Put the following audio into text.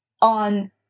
on